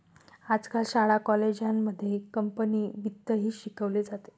आजकाल शाळा कॉलेजांमध्ये कंपनी वित्तही शिकवले जाते